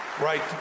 Right